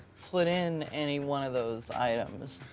put in any one of those items.